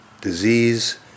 Disease